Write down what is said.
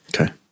Okay